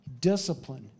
discipline